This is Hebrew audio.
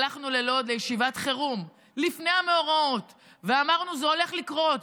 הלכנו ללוד לישיבת חירום לפני המאורעות ואמרנו: זה הולך לקרות,